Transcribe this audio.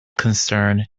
concern